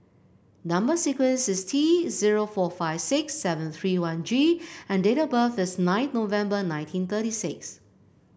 number sequence is T zero four five six seven three one G and date of birth is nine November nineteen thirty six